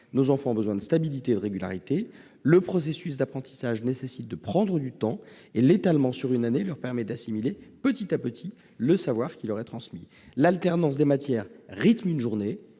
Nos enfants ont besoin de stabilité et de régularité, le processus d'apprentissage nécessite de prendre du temps. L'étalement sur une année leur permet d'assimiler petit à petit le savoir qui leur est transmis ; l'alternance des matières rythme une journée,